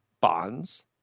bonds